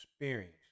experience